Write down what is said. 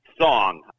song